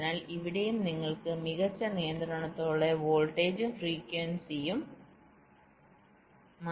അതിനാൽ ഇവിടെയും നിങ്ങൾക്ക് മികച്ച നിയന്ത്രണത്തോടെ വോൾട്ടേജും ഫ്രീക്വൻസിയും മാറ്റാൻ കഴിയും